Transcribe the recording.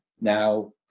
Now